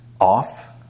off